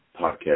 podcast